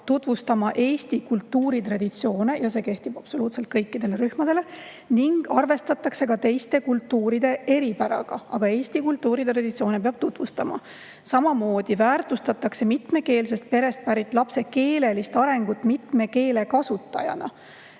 tutvustama eesti kultuuritraditsioone – ja see kehtib absoluutselt kõikidele rühmadele – ning arvestatakse ka teiste kultuuride eripäraga. Eesti kultuuritraditsioone peab tutvustama. Samamoodi väärtustatakse mitmekeelsest perest pärit lapse keelelist arengut mitme keele kasutajana